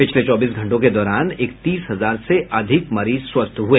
पिछले चौबीस घंटों के दौरान इकतीस हजार से अधिक मरीज स्वस्थ हुए